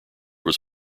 was